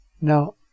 Now